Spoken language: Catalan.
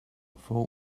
fou